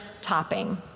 topping